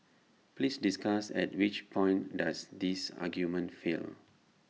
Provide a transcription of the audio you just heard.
please discuss at which point does this argument fail